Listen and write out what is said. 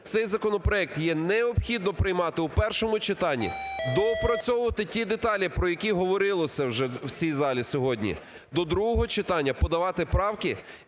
цей законопроект, його необхідно приймати у першому читанні, доопрацьовувати ті деталі, про які говорилося вже в цій залі сьогодні, до другого читання подавати правки